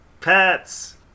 Pets